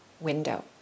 window